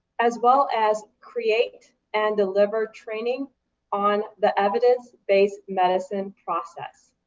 as well as create and deliver training on the evidence-based medicine process.